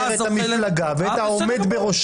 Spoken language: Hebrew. שלה זוכה ל --- העם בוחר את המפלגה ואת העומד בראשה,